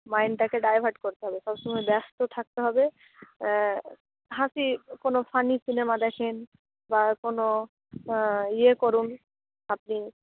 মাইন্ডটাকে divert করতে হবে সবসময় ব্যস্ত থাকতে হবে হাসি কোনো ফানি সিনেমা দেখুন বা কোনো ইয়ে করুন আপনি